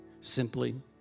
Simply